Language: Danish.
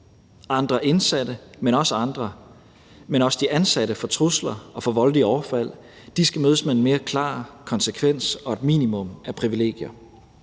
andre indsatte, men også de ansatte, for trusler og voldelige overfald, mødes med en mere klar konsekvens og et minimum af privilegier